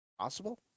Possible